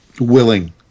willing